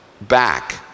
back